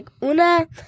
una